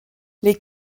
les